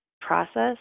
process